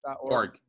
Org